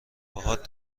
باهات